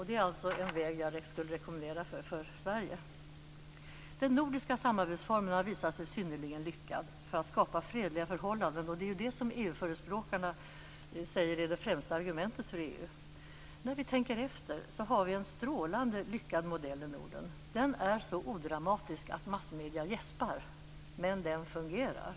Det är en väg jag skulle rekommendera för Den nordiska samarbetsformen har visat sig synnerligen lyckad för att skapa fredliga förhållanden, och det är ju det som EU-förespråkarna säger är det främsta argumentet för EU. Vi har, om vi tänker efter, en strålande lyckad modell i Norden. Den är så odramatisk att massmedierna gäspar, men den fungerar.